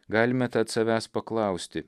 galime tad savęs paklausti